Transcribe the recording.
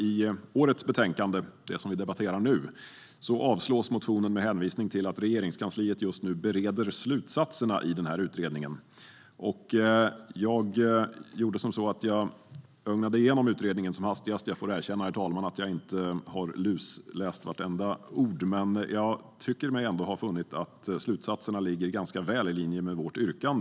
I årets betänkande, som vi debatterar nu, avslås motionen med hänvisning till att Regeringskansliet just nu bereder slutsatserna i denna utredning. Jag har ögnat igenom utredningen som hastigast. Jag får erkänna, herr talman, att jag inte har lusläst vartenda ord, men jag tycker mig ändå ha funnit att slutsatserna ligger ganska väl i linje med vårt yrkande.